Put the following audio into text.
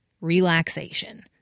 relaxation